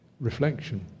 reflection